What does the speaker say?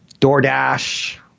DoorDash